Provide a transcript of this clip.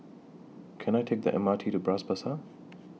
Can I Take The M R T to Bras Basah